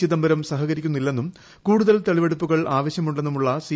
ചിദംബരം സഹകരിക്കുന്നില്ലെന്നും കൂടുതൽ തെളിവെടുപ്പുകൾ ആവശ്യമുണ്ടെന്നുമുള്ള സി